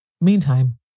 Meantime